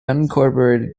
unincorporated